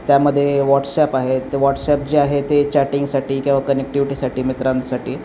त्यामध्ये वॉट्सॲप आहे व्हॉट्सॲप जे आहे ते चॅटिंगसाठी किंवा कनेक्टिव्हिटीसाठी मित्रांसाठी